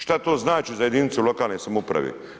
Šta to znači za jedinicu lokalne samouprave?